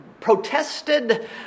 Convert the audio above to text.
protested